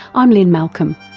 i'm lynne malcolm.